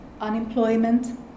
unemployment